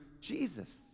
Jesus